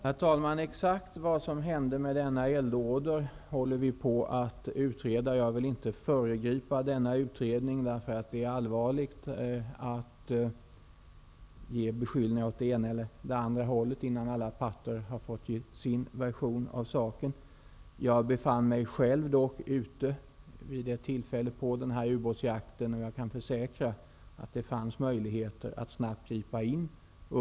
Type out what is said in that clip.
Herr talman! Exakt vad som hände med denna eldorder håller vi på att utreda. Jag vill inte föregripa denna utredning, eftersom det är allvarligt att komma med beskyllningar åt det ena eller andra hållet innan alla parter har fått ge sin version av saken. Jag befann mig själv vid detta tillfälle ute på ubåtsjakten, och jag kan försäkra att det fanns möjligheter att snabbt gripa in.